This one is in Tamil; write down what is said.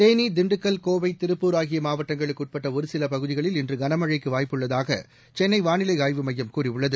தேனி திண்டுக்கல் கோவை திருப்பூர் ஆகியமாவட்டங்களுக்குஉட்பட்டஒருசிலபகுதிகளில் இன்றுகனமழைக்குவாய்ப்புள்ளதாகசென்னவானிலைஆய்வு மையம் கூறியுள்ளது